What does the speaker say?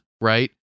right